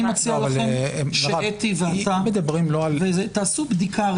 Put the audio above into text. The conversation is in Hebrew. אני מציע לכם שאתי ואתה תעשו בדיקה,